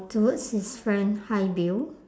towards his friend hi bill